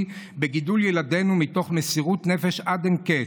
בגידול ילדינו מתוך מסירות נפש עד אין קץ,